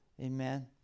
Amen